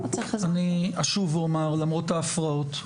אני אשור ואומר למרות ההפרעות,